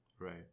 right